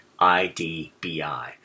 IDBI